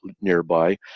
nearby